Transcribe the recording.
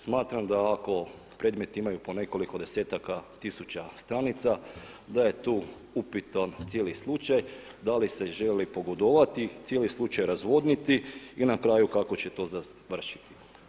Smatram da ako predmeti imaju po nekoliko desetaka tisuća stranica da je tu upitan cijeli slučaj, da li se želi pogodovati i cijeli slučaj razvodniti i na kraju kako će to završiti.